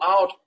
out